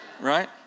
right